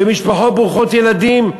ומשפחות ברוכות ילדים,